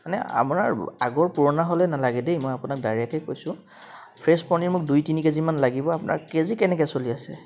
মানে আপোনাৰ আগৰ পুৰণা হ'লে নালাগে দেই মই আপোনাক ডাইৰেক্টেই কৈছোঁ ফ্ৰেছ পনীৰ মোক দুই তিনি কে জিমান লাগিব আপোনাৰ কে জি কেনেকৈ চলি আছে